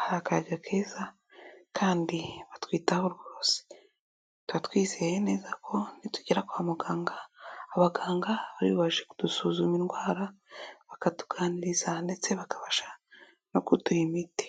hari akayaga keza kandi batwitaho rwose tubatwizeye neza ko nitugera kwa muganga abaganga bari bubashe kudusuzuma indwara bakatuganiriza ndetse bakabasha no kuduha imiti.